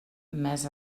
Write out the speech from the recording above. més